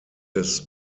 des